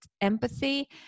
empathy